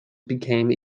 became